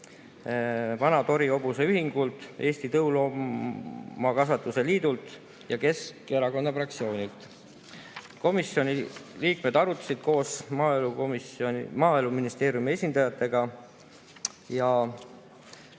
Vana-Tori Hobuse Ühingult, Eesti Tõuloomakasvatuse Liidult ja Keskerakonna fraktsioonilt. Komisjoni liikmed arutasid koos Maaeluministeeriumi esindajatega ja